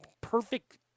perfect